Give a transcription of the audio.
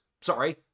Sorry